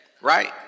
right